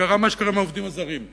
קרה מה שקרה עם העובדים הזרים.